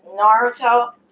Naruto